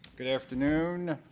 good afternoon,